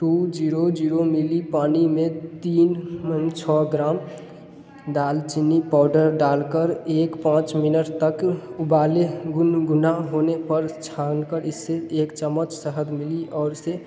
to zero zero मिली पानी में तीन मह छह ग्राम दालचीनी पाउडर डाल कर एक पाँच मिनट तक उबालें गुनगुना होने पर छान कर इससे एक चम्मच शहद मिली और से